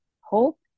hope